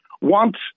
want